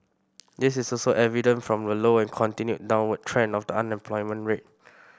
this is also evident from the low and continued downward trend of the unemployment rate